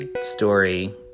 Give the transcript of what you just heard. story